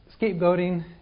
scapegoating